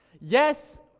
Yes